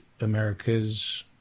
America's